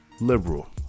liberal